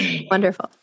Wonderful